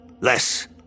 Less